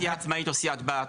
אם זו סיעה עצמאית או סיעת בת.